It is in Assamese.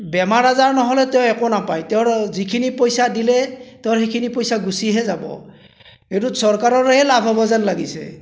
বেমাৰ আজাৰ নহ'লে তেওঁ একো নেপায় তেওঁৰ যিখিনি পইচা দিলে তেওঁ সেইখিনি পইচা গুচিহে যাব সেইটোত চৰকাৰৰ হে লাভ হ'ব যেন লাগিছে